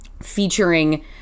featuring